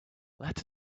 let